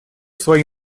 свои